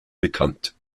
bekannt